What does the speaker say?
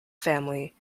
family